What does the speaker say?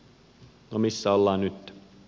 no missä ollaan nytten